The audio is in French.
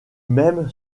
m’aime